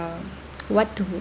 what to